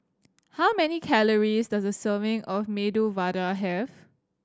how many calories does a serving of Medu Vada have